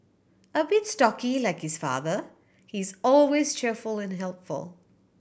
a bit stocky like his father he is always cheerful and helpful